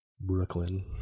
Brooklyn